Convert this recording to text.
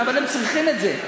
אבל הם צריכים את זה.